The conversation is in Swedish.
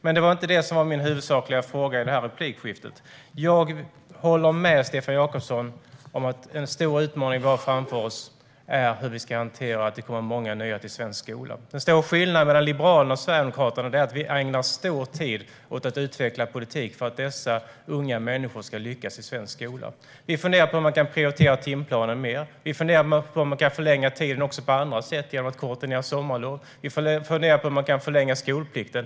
Det är dock inte detta som är min huvudsakliga fråga i det här replikskiftet. Jag håller med Stefan Jakobsson om att den stora utmaningen vi har framför oss är hur vi ska hantera att det kommer många nya till svensk skola. Den stora skillnaden mellan Liberalerna och Sverigedemokraterna är att vi ägnar mycket tid åt att utveckla politik för att dessa unga människor ska lyckas i svensk skola. Vi funderar på om man kan prioritera timplanen mer, och vi funderar på om man kan förlänga tiden även på andra sätt - till exempel genom att korta ned sommarlovet. Vi funderar på om man kan förlänga skolplikten.